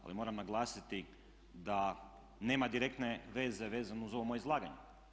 Ali moram naglasiti da nema direktne veze vezano uz ovo moje izlaganje.